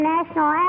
National